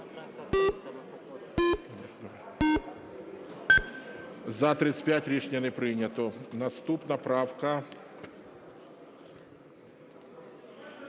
За-35 Рішення не прийнято. Наступна правка